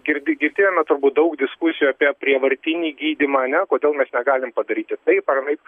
girdi girdėjome tokių daug diskusijų apie prievartinį gydymą ane kodėl mes negalim padaryti taip ar anaip